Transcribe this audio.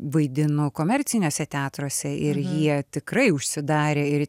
vaidinu komerciniuose teatruose ir jie tikrai užsidarė ir